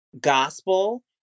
gospel